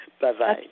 Bye-bye